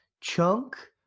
Chunk